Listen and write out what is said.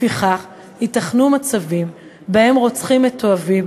לפיכך ייתכנו מצבים שבהם רוצחים מתועבים,